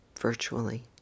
virtually